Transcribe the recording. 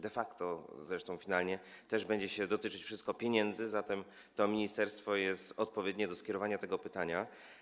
De facto zresztą finalnie będzie dotyczyć to pieniędzy, zatem to ministerstwo jest odpowiednie do skierowania tego pytania.